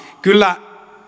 kyllä